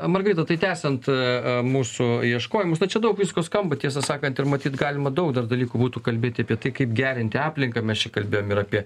margarita tai tęsiant mūsų ieškojimus na čia daug visko skamba tiesą sakant ir matyt galima daug dar dalykų būtų kalbėti apie tai kaip gerinti aplinką mes čia kalbėjom ir apie